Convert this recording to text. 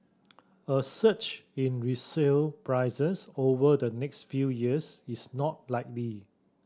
a surge in resale prices over the next few years is not likely